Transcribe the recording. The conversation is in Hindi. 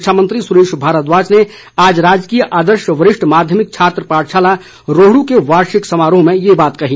शिक्षा मंत्री सुरेश भारद्वाज ने आज राजकीय आदर्श वरिष्ठ माध्यमिक छात्र पाठशाला रोहडू के वार्षिक समारोह में ये बात कही